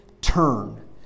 turn